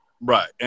Right